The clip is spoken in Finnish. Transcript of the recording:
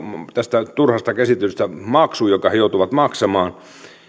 tästä turhasta käsittelystä maksu jonka he joutuvat maksamaan